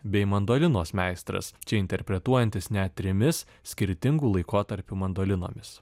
bei mandolinos meistras čia interpretuojantis net trimis skirtingų laikotarpių mandolinomis